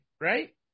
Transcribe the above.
right